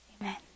Amen